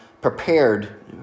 prepared